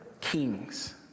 kings